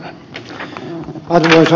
arvoisa puhemies